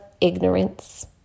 ignorance